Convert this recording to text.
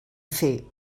fer